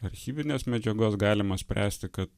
archyvinės medžiagos galima spręsti kad